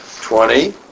Twenty